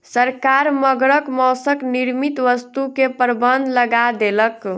सरकार मगरक मौसक निर्मित वस्तु के प्रबंध लगा देलक